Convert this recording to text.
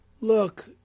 Look